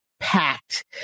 packed